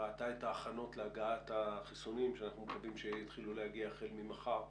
ראתה את ההכנות להגעת החיסונים שאנחנו מקווים שיתחילו להגיע החל ממחר,